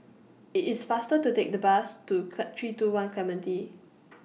IT IS faster to Take The Bus to three two one Clementi